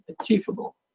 achievable